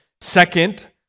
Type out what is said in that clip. second